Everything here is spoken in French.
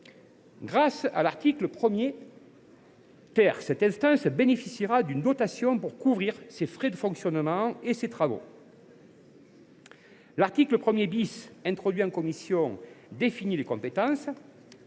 Grâce à l’article 1 , cette instance bénéficiera d’une dotation pour couvrir ses frais de fonctionnement et ses travaux. L’article 1 , introduit en commission, définit ses compétences.